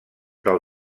del